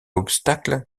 obstacle